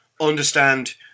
understand